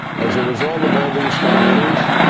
as a result of all these factors,